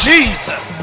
Jesus